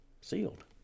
sealed